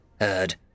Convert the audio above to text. heard